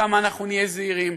כמה אנחנו נהיה זהירים,